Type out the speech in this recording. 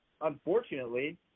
unfortunately